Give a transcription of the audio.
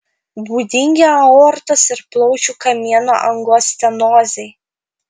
būdingi aortos ar plaučių kamieno angos stenozei